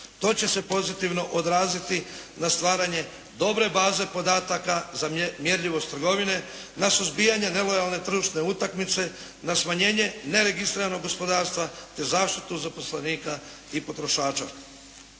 To će se pozitivno odraziti na stvaranje dobre baze podataka za mjerljivost trgovine, na suzbijanje nelojalne tržišne utakmice, na smanjenje neregistriranog gospodarstva te zaštitu zaposlenika i potrošača